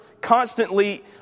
constantly